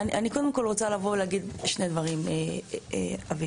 אני קודם כול רוצה להגיד שני דברים, אביב,